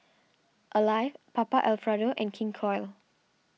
Alive Papa Alfredo and King Koil